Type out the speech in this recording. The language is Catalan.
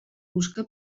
busca